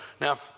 Now